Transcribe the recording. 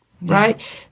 right